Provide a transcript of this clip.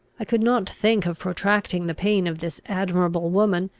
i could not think of protracting the pain of this admirable woman,